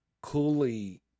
coolly